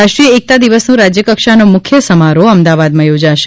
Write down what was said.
રાષ્ટ્રીય એકતા દિવસનો રાજયકક્ષાનો મુખ્ય સમારોફ અમદાવાદમાં યોજાશે